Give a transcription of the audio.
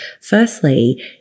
Firstly